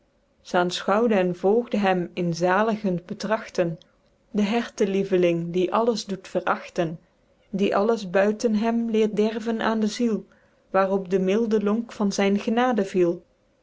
aenschouwde en volgde hem in zaligend betrachten den hertelieveling die alles doet verachten die alles buiten hem leert derven aen de ziel waerop de milde lonk van zyn genade viel